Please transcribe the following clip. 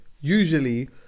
usually